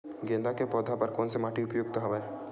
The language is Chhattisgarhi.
गेंदा के पौधा बर कोन से माटी उपयुक्त हवय?